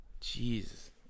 Jesus